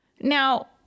Now